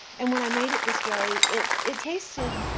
and when i made it this way it it tasted,